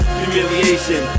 humiliation